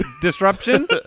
disruption